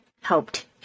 helped